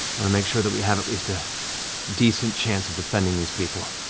want to make sure that we have at least a decent chance of defending these people.